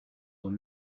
were